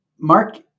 Mark